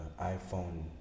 iPhone